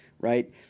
right